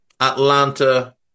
Atlanta